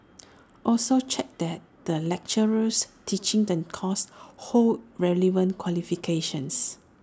also check that the lecturers teaching the course hold relevant qualifications